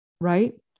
right